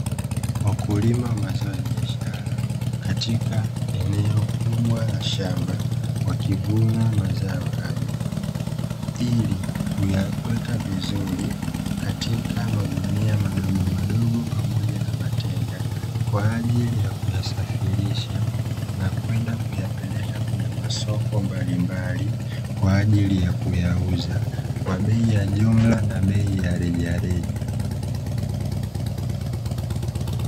Wakulima wa mazao ya biashara katika eneo kubwa la shamba wakivuna mazao hayo; ili kuyaweka vizuri katika magunia madogomadogo pamoja na matenga, kwa ajili kuyasafirisha na kwenda kuyapeleka kwenye masoko mbalimbali; kwa ajili ya kuyauza kwa bei ya jumla na bei ya rejareja.